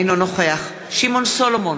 אינו נוכח שמעון סולומון,